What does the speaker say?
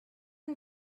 and